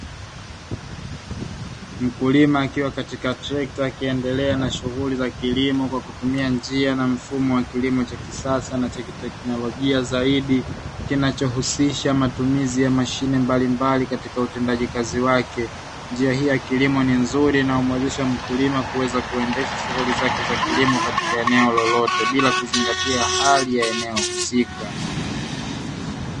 Mkulima akiwa katika trekta akiendelea na shughuli za kwa kutumia njia na mfumo wa kilimo cha kisasa na cha kiteknolojia zaidi kinachohusisha matumizi ya mashine mbalimbali katika utendaji kazi wake, njia hii ya kilimo ni nzuri na umuwezesha mkulima kuweza kuendesha shughuli zake za kilimo katika eneo lolote bila kuzingatia hali ya eneo husika.